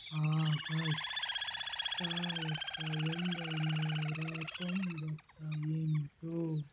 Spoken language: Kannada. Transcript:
ಆಗಸ್ಟ್ ಸಾವಿರದ ಒಂಬೈನೂರ ತೊಂಬತ್ತ ಎಂಟು